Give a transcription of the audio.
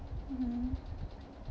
mmhmm